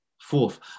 Fourth